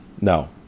No